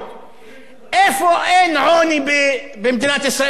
איפה אין עוני במדינת ישראל, חבר הכנסת כץ?